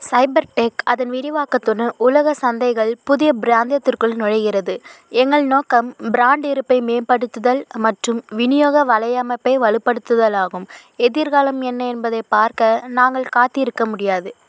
சைபர் tech அதன் விரிவாக்கத்துடன் உலக சந்தைகள் புதிய பிராந்தியத்திற்குள் நுழைகிறது எங்கள் நோக்கம் பிராண்ட் இருப்பை மேம்படுத்துதல் மற்றும் விநியோக வலையமைப்பை வலுப்படுத்துதல் ஆகும் எதிர்காலம் என்ன என்பதைப் பார்க்க நாங்கள் காத்திருக்க முடியாது